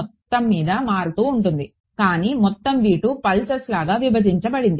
మొత్తం మీద మారుతూ ఉంటుంది కానీ మొత్తం పల్సెస్గా విభజించబడింది